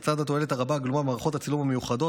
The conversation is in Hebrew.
לצד התועלת הרבה הגלומה במערכות הצילום המיוחדות,